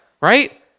right